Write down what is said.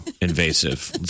invasive